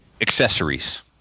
accessories